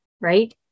right